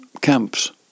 camps